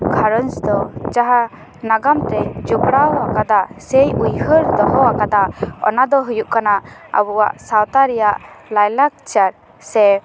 ᱜᱷᱟᱨᱚᱸᱡᱽ ᱫᱚ ᱡᱟᱦᱟᱸ ᱱᱟᱜᱟᱢ ᱛᱮᱧ ᱡᱚᱯᱚᱲᱟᱣ ᱟᱠᱟᱫᱟ ᱥᱮ ᱩᱭᱦᱟᱹᱨ ᱫᱚᱦᱚ ᱟᱠᱟᱫᱟ ᱚᱱᱟ ᱫᱚ ᱦᱩᱭᱩᱜ ᱠᱟᱱᱟ ᱟᱵᱚᱣᱟᱜ ᱥᱟᱶᱛᱟ ᱨᱮᱭᱟᱜ ᱞᱟᱭ ᱞᱟᱠᱪᱟᱨ ᱥᱮ